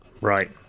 Right